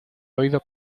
oído